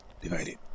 Divided